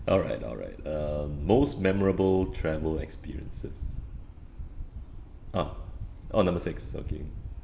alright alright uh most memorable travel experiences ah oh number six okay